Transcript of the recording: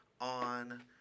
on